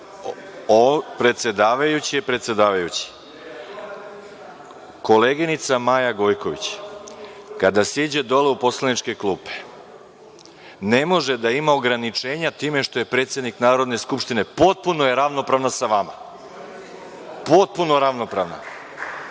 vas, predsedavajući je predsedavajući. Koleginica Maja Gojković kada siđe dole u poslaničke klupe ne može da ima ograničenja time što je predsednik Narodne skupštine. Potpuno je ravnopravna sa vama, potpuno ravnopravna. Ako